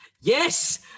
Yes